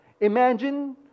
Imagine